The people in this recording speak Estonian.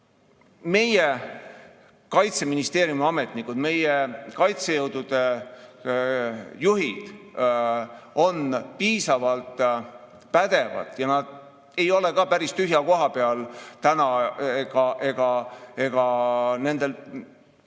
Meie Kaitseministeeriumi ametnikud, meie kaitsejõudude juhid on piisavalt pädevad ja nad ei ole ka päris tühja koha peal täna ja nendel